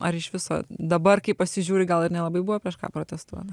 ar iš viso dabar kai pasižiūri gal ir nelabai buvo prieš ką protestuot